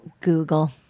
Google